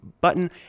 button